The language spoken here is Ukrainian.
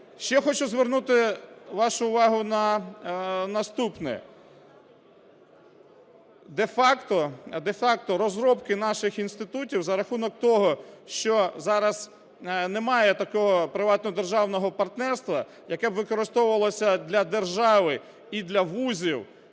Ще хочу звернути вашу увагу на наступне. Де-факто розробки наших інститутів за рахунок того, що зараз немає такого приватного державного партнерства, яке б використовувалося для держави і для вузів,